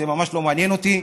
זה ממש לא מעניין אותי.